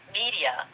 media